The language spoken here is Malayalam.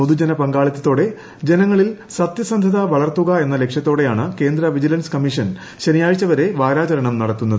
പൊതുജന പങ്കാളിത്തതോടെ ജനങ്ങളിൽ സത്യസന്ധത വളർത്തുക എന്ന ലക്ഷ്യത്തോടെയാണ് കേന്ദ്ര വിജിലൻസ് കമ്മീഷൻ ശനിയാഴ്ച വരെ വാരാചരണം നടത്തുന്നത്